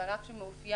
זה ענף שמאופיין,